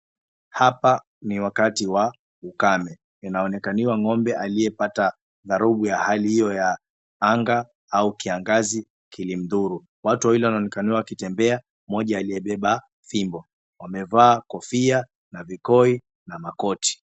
Hapa ni wakati wa ukame inaonekaniwa ng'ombe aliyepata dharugu ya hali hiyo ya anga au kiangazi kilimdhuru. Watu wawili wanaonekaniwa wakitembea mmoja aliyebeba fimbo, wamevaa kofia na vikoi na makoti